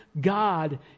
God